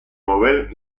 mover